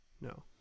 no